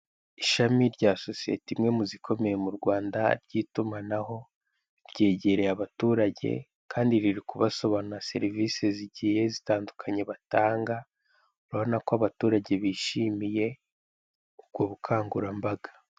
Ishami rya sosiyete imwe muzikomeye mu Rwanda y'itumanaho, ryegereye abaturage kandi riri kubasobanurira serivise zigiye zitandukanye batanga; urabona ko abaturage bishimiye ubwo bukangurambaga.